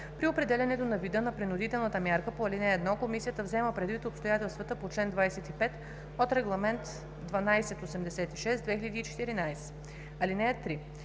При определянето на вида на принудителната мярка по ал. 1 комисията взема предвид обстоятелствата по чл. 25 от Регламент № 1286/2014. (3)